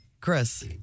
Chris